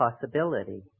possibility